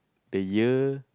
the year